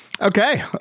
Okay